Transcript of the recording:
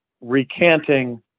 recanting